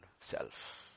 self